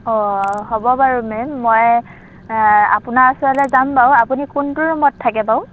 অঁ হ'ব বাৰু মেম মই আপোনাৰ ওচৰলৈ যাম বাৰু আপুনি কোনটো ৰুমত থাকে বাৰু